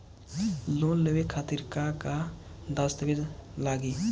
Loan लेवे खातिर का का दस्तावेज लागी?